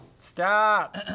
Stop